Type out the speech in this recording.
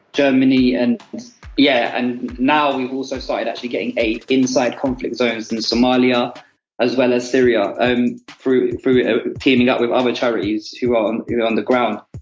germany and yeah and now we've also started actually getting aid inside conflict zones in somalia as well as syria, um, through through ah teaming up with other charities who um are on the ground.